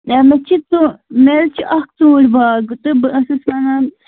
مےٚ حظ چھِ ژُو مےٚ حظ چھِ اَکھ ژوٗنٛٹھ باغ تہٕ بہٕ ٲسٕس وَنان